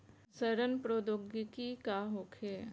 सड़न प्रधौगकी का होखे?